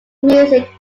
music